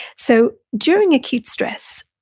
so, during acute stress,